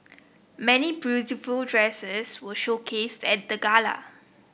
many beautiful dresses were showcased at the gala